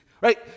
right